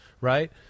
right